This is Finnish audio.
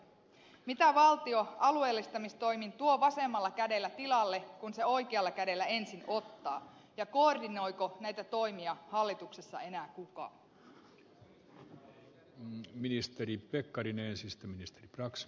mitä valtio alueellistamistoimin tuo vasemmalla kädellä tilalle kun se oikealla kädellä ensin ottaa ja koordinoiko näitä toimia hallituksessa enää kukaan